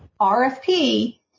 RFP